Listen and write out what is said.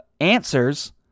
answers